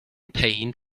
paint